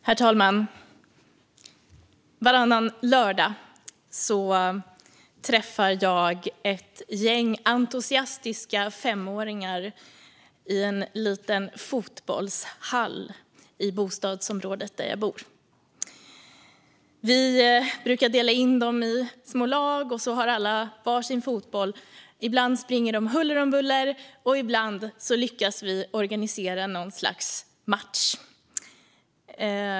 Herr talman! Varannan lördag träffar jag ett gäng entusiastiska femåringar i en liten fotbollshall i bostadsområdet där jag bor. Vi brukar dela in dem i små lag, och så har alla var sin fotboll. Ibland springer de huller om buller, och ibland lyckas vi organisera något slags match.